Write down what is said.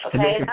Okay